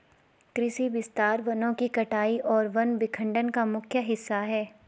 कृषि विस्तार वनों की कटाई और वन विखंडन का मुख्य हिस्सा है